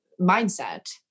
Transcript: mindset